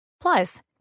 Plus